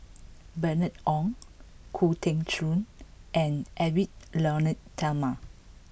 Bernice Ong Khoo Teng Soon and Edwy Lyonet Talma